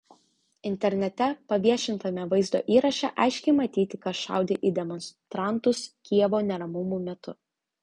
internete paviešintame vaizdo įraše aiškiai matyti kas šaudė į demonstrantus kijevo neramumų metu